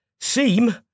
seem